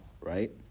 right